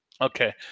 okay